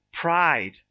pride